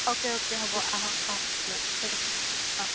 okay okay হ'ব আহক আহক দিয়ক থেংক ইউ